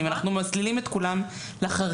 אם אנחנו מסלילים את כולם לחריג,